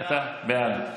בעד,